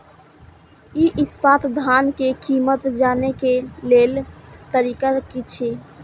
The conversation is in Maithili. इ सप्ताह धान के कीमत जाने के लेल तरीका की छे?